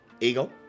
Eagle